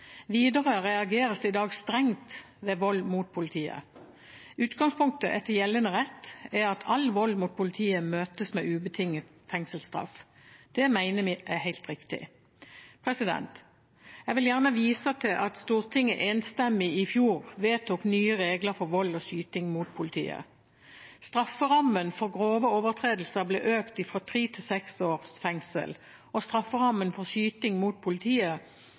Videre reageres det i dag strengt ved vold mot politiet. Utgangspunktet etter gjeldende rett er at all vold mot politiet møtes med ubetinget fengselsstraff. Det mener vi er helt riktig. Jeg vil gjerne vise til at Stortinget i fjor enstemmig vedtok nye regler for vold og skyting mot politiet. Strafferammen for grove overtredelser ble økt fra tre til seks års fengsel, og strafferammen for skyting mot politiet